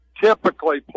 typically